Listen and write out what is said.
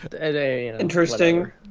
Interesting